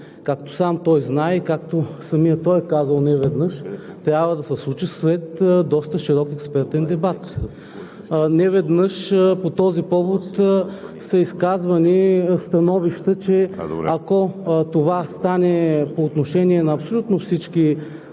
както сам той знае и както самият той е казал неведнъж, трябва да се случи след доста широк експертен дебат. Неведнъж по този повод са изказвани становища, че ако това стане по отношение на абсолютно всички